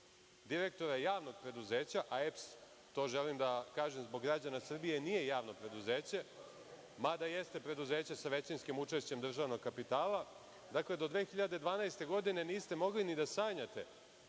direktora javnog preduzeća. „Elektroprivreda Srbije“, to želim da kažem, zbog građana Srbije, nije javno preduzeće, mada jeste preduzeće sa većinskim učešćem državnog kapitala. Dakle, do 2012. godine, niste mogli ni da sanjate